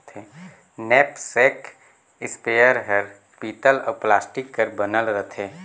knapsack sprayer हर पीतल अउ प्लास्टिक कर बनल रथे